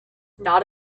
not